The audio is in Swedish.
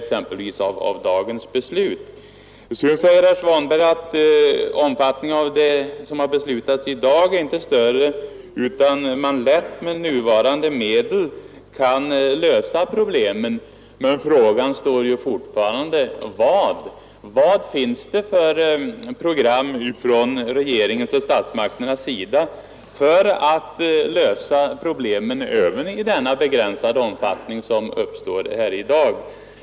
Sedan säger herr Svanberg att effekterna av dagens beslut inte är större än att man med nuvarande medel lätt kan lösa problemen. Men frågan står kvar: Vilket program har regeringen och statsmakterna för att lösa dessa begränsade problem?